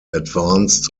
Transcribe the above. advanced